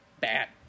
Bad